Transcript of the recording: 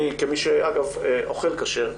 אני כמי שאגב, אוכל כשר,